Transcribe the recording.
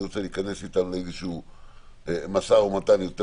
אני רוצה להיכנס איתם לאיזשהו משא ומתן יותר